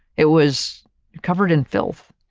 it was covered in filth,